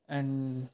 and